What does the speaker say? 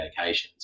medications